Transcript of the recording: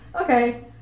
okay